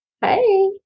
Hey